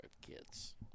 kids